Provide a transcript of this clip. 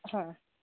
ಹಾಂ